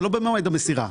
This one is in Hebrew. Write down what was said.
זה לא במועד המסירה.